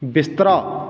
ਬਿਸਤਰਾ